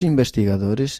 investigadores